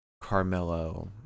carmelo